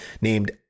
named